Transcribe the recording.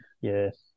Yes